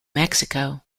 mexico